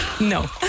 no